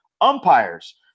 umpires